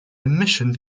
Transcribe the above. emission